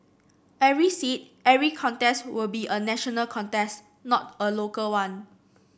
every seat every contest will be a national contest not a local one